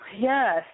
Yes